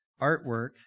artwork